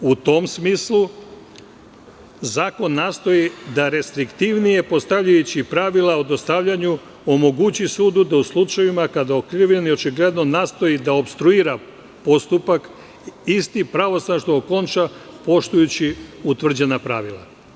U tom smislu, zakon nastoji da restriktivnije postavljajući pravila o dostavljanju omogući sudu da u slučajevima kada okrivljeni očigledno da opstruira postupak, isti pravosnažno okonča, poštujući utvrđena pravila.